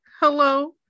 Hello